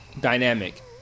dynamic